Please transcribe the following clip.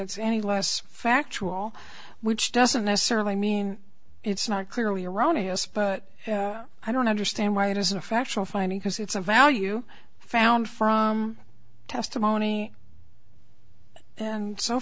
s any less factual which doesn't necessarily mean it's not clearly erroneous but i don't understand why it is a factual finding because it's a value found from testimony and so